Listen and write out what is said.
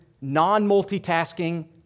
non-multitasking